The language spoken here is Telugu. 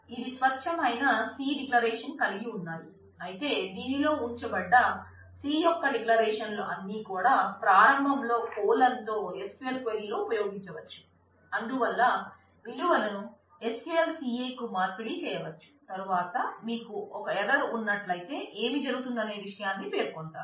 తరువాత మీకు డిక్లేర్ సెక్షన్ ఉన్నట్లయితే ఏమి జరుగుతుందనే విషయాన్ని పేర్కొంటారు